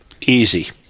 Easy